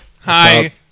Hi